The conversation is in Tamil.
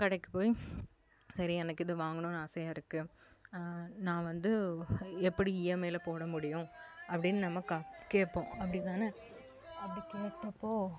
கடைக்கு போய் சரி எனக்கு இது வாங்கணும்னு ஆசையாக இருக்குது நான் வந்து எப்படி இஎம்ஐல போட முடியும் அப்படின்னு நம்ம கா கேட்போம் அப்படிதான அப்படி கேட்டப்போ